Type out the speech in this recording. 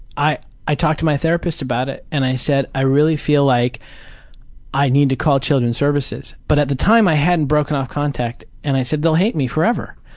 i i talked to my therapist about it and i said, i really feel like i need to call children's services. but at the time i hadn't broken off contact, and i said, they'll hate me forever.